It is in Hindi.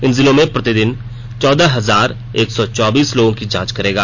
इन जिलों में प्रतिदिन चौदह हजार एक सौ चौबीस लोगों की जांच करेगा